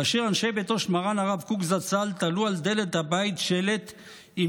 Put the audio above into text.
כאשר אנשי ביתו של מרן הרב קוק זצ"ל תלו על דלת הבית שלט עם